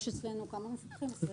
יש אצלנו למעלה מ-20 נספחים.